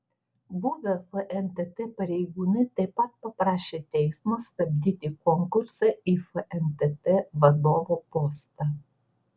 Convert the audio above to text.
buvę fntt pareigūnai taip pat paprašė teismo stabdyti konkursą į fntt vadovo postą